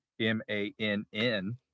M-A-N-N